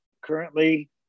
currently